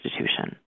institution